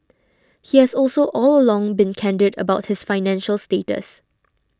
he has also all along been candid about his financial status